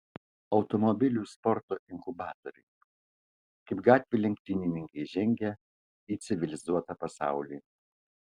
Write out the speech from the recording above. automobilių sporto inkubatoriai kaip gatvių lenktynininkai žengia į civilizuotą pasaulį